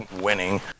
Winning